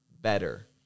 better